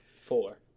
Four